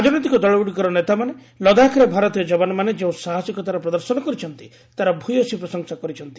ରାଜନୈତିକ ଦଳଗୁଡ଼ିକର ନେତାମାନେ ଲଦାଖରେ ଭାରତୀୟ ଜବାନମାନେ ଯେଉଁ ସାହସିକତାର ପ୍ରଦର୍ଶନ କରିଛନ୍ତି ତା'ର ଭ୍ୟସୀ ପ୍ରଶଂସା କରିଛନ୍ତି